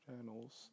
Channels